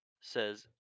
Says